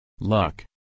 Luck